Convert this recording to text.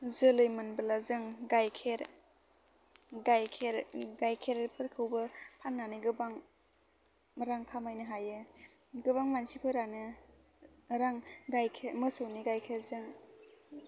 जोलै मोनबोला जों गाइखेर गाइखेर गाइखेरफोरखौबो फाननानै गोबां रां खामायनो हायो गोबां मानसिफोरानो रां गाइखेर मोसौनि गाइखेरजों